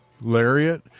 lariat